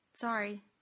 Sorry